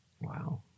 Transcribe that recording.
Wow